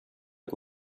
che